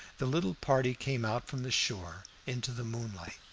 the little party came out from the shore into the moonlight.